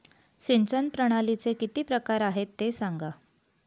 सिंचन प्रणालीचे किती प्रकार आहे ते सांगा